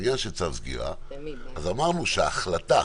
אמרנו שההחלטה